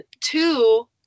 two